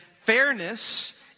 fairness